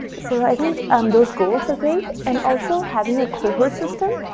so i think um those goals are great. and also, having a cohort system,